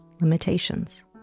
limitations